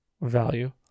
value